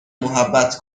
محبت